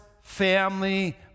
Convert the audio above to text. family